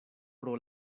pro